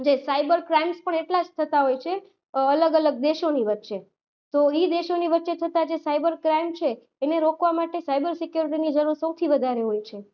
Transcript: જે cyber crimes પણ એટલા જ થતા હોય છે અલગ અલગ દેશોની વચ્ચે તો એ દેશોની વચ્ચે થતા જે સાઇબર ક્રાઇમ છે એને રોકવા માટે સાઇબર સિક્યોરિટીની જરૂર સૌથી વધારે હોય છે